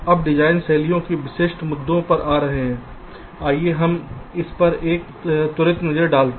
अब डिजाइन शैली के विशिष्ट मुद्दों पर आ रहे है आइए हम इस पर एक त्वरित नज़र डालें